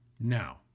Now